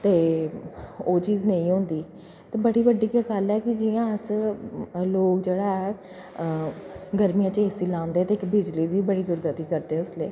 ते ओह् चीज नेईं होंदी ते बड़ी बड्डी गै गल्ल ऐ कि जियां अस लोक जेह्ड़ा ऐ ते गर्मियें च एसी लांदे ते इक बिजली दी बड़ी दुर्गति करदे उसलै